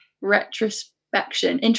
retrospection